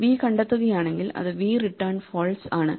v കണ്ടെത്തുകയാണെങ്കിൽ അത് v return false ആണ്